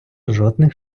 жодних